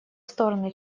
стороны